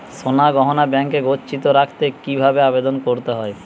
সোনার গহনা ব্যাংকে গচ্ছিত রাখতে কি ভাবে আবেদন করতে হয়?